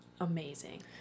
amazing